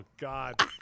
God